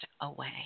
away